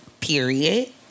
period